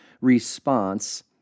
response